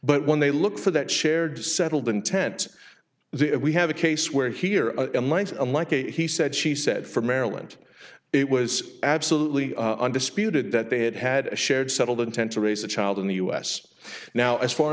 when they look for that shared settled intent we have a case where here i'm like a he said she said from maryland it was absolutely undisputed that they had had a shared settled intent to raise a child in the us now as far